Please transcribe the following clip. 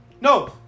No